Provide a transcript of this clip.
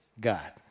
God